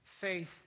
Faith